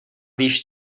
víš